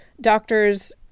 doctors